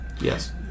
Yes